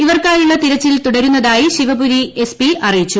ഇ്പർക്കായുള്ള തിരച്ചിൽ തുടരുന്നതായി Shivpuri S P അറിയിച്ചു